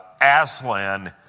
Aslan